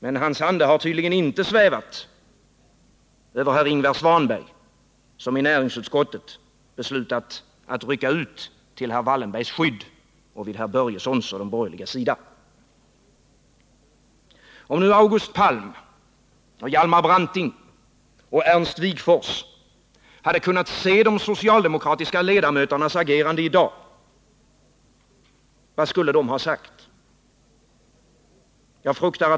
Men hans ande har tydligen inte svävat över herr Ingvar Svanberg, som i näringsutskottet beslutat att rycka ut till Wallenbergs skydd vid herr Börjessons och de borgerligas sida. Om nu August Palm, Hjalmar Branting och Ernst Wigforss hade kunnat se de socialdemokratiska ledamöternas agerande i dag, vad skulle de ha sagt?